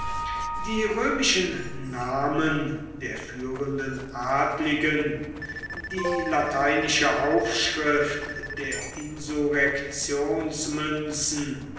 die römischen namen der führenden adligen die lateinische aufschrift der